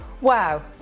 Wow